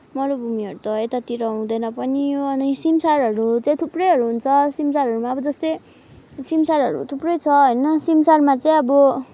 मरुभूमिहरू त यतातिर हुँदैन पनि हो अनि सिमसारहरू चाहिँ थुप्रै हुन्छ सिमसारहरूमा अब जस्तै सिमसारहरू थुप्रै छ होइन सिमसारमा चाहिँ अब